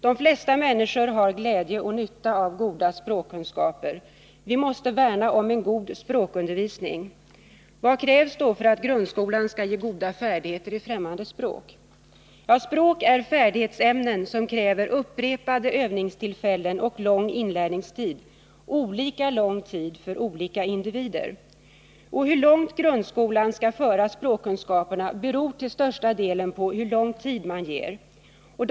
De flesta människor har glädje och nytta av goda språkkunskaper. Vi måste värna om en god språkundervisning. Vad krävs då för att grundskolan skall ge goda färdigheter i fftämmande språk? Språk är färdighetsämnen som kräver upprepade övningstillfällen och lång inlärningstid — olika lång tid för olika individer. Hur långt grundskolan kan föra språkkunskaperna beror till största delen på hur lång tid man ger den.